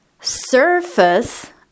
surface